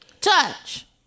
Touch